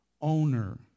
owner